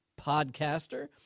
podcaster